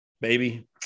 baby